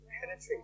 penetrate